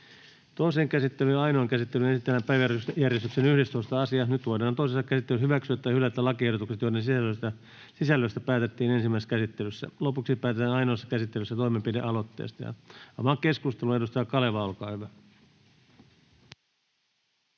Toiseen käsittelyyn ja ainoaan käsittelyyn esitellään päiväjärjestyksen 11. asia. Nyt voidaan toisessa käsittelyssä hyväksyä tai hylätä lakiehdotukset, joiden sisällöstä päätettiin ensimmäisessä käsittelyssä. Lopuksi päätetään ainoassa käsittelyssä toimenpidealoitteesta. Avaan keskustelun. — Edustaja Kaleva, olkaa hyvä.